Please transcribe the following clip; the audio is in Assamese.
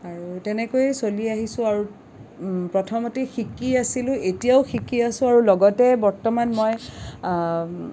আৰু তেনেকৈ চলি আহিছোঁ আৰু প্ৰথমতেই শিকি আছিলোঁ এতিয়াও শিকি আছোঁ আৰু লগতে বৰ্তমান মই